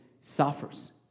suffers